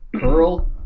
Pearl